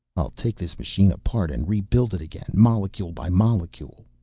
i'll take this machine apart and rebuild it again, molecule by molecule,